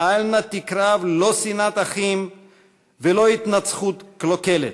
אל נא תקרב לא שנאת אחים ולא התנצחות קלוקלת,